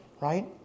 right